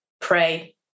pray